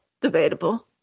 debatable